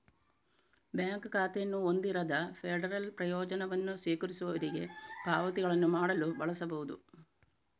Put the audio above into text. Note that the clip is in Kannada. ಬ್ಯಾಂಕ್ ಖಾತೆಯನ್ನು ಹೊಂದಿರದ ಫೆಡರಲ್ ಪ್ರಯೋಜನವನ್ನು ಸ್ವೀಕರಿಸುವವರಿಗೆ ಪಾವತಿಗಳನ್ನು ಮಾಡಲು ಬಳಸಬಹುದು